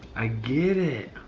i get it.